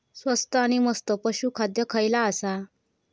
स्वस्त आणि मस्त पशू खाद्य खयला आसा?